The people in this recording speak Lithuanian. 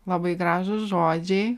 labai gražūs žodžiai